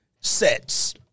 sets